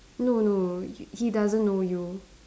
no no he he doesn't know you